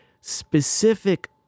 specific